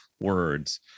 words